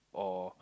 or